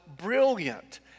brilliant